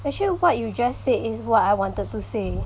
actually what you just said is what I wanted to say